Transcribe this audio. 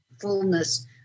fullness